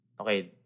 okay